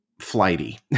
flighty